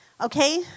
okay